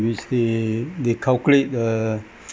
which they they calculate the